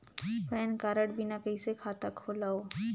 Pan card बिना कइसे खाता खोलव?